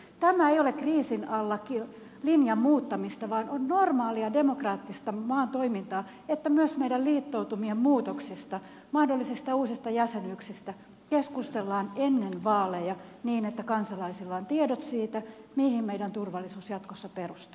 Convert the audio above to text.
tämä ei ole kriisin alla linjan muuttamista vaan on normaalia demokraattista maan toimintaa että myös meidän liittoutumiemme muutoksista mahdollisista uusista jäsenyyksistä keskustellaan ennen vaaleja niin että kansalaisilla on tiedot siitä mihin meidän turvallisuutemme jatkossa perustuu